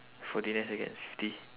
forty nine second fifty